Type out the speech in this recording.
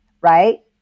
right